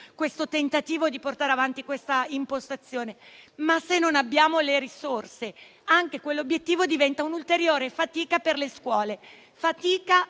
il tentativo di portare avanti questa impostazione. Ma, se non abbiamo le risorse, anche quell'obiettivo diventa un'ulteriore fatica per le scuole,